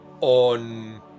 on